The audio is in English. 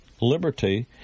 liberty